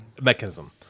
Mechanism